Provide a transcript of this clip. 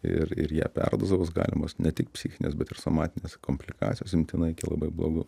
ir ir ją perdozavus galimos ne tik psichinės bet ir somatinės komplikacijos imtinai iki labai blogų